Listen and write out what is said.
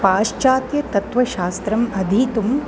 पाश्चात्यतत्त्वशास्त्रम् अधीतुम्